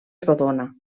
rodona